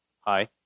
Hi